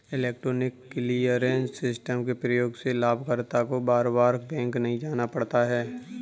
electronic clearance system के प्रयोग से लाभकर्ता को बार बार बैंक नहीं जाना पड़ता है